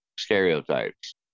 stereotypes